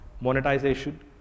monetization